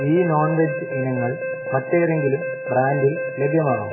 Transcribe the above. ഈ non veg ഇനങ്ങൾ മറ്റേതെങ്കിലും ബ്രാൻഡിൽ ലഭ്യമാണോ